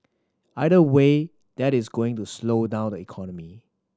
either way that is going to slow down the economy